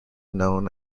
known